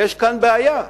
יש כאן בעיה.